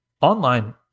online